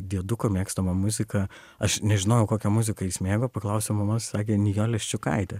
dieduko mėgstama muzika aš nežinojau kokią muziką jis mėgo paklausiau mamos sakė nijolė ščiukaitė